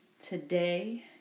Today